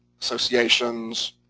associations